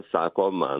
sako man